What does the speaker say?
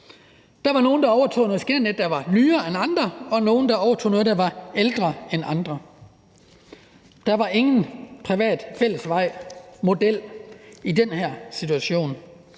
Der var nogle, der overtog noget skinnenet, der var nyere, og nogle, der overtog noget, der var ældre, og der var ingen privat fællesvejmodel i den her situation.